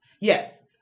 yes